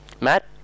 Matt